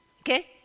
okay